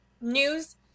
news